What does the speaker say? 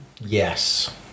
yes